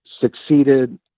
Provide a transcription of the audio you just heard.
succeeded